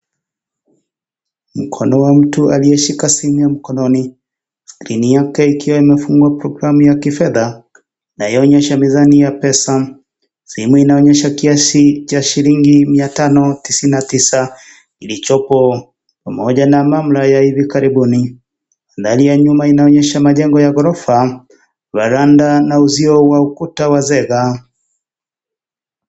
Mkono wa mtu aliyeshika simu ya mkononi, skrini yake ikiwa imefungua programu ya kifedha, inayoonyesha misamu ya pesa. Simu inaonyesha kiazi cha shilingi mia tano tisini na tisa, ndichopo pamoja na mamla ya hivi karibuni. Ndani ya nyuma inaonyesha majengo ya ghorofa, varanda na usio wa ukuta wezeka.